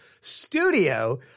studio